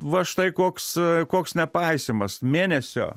va štai koks koks nepaisymas mėnesio